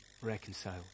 reconciled